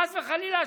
חס וחלילה,